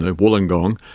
ah wollongong,